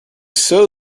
sow